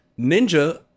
Ninja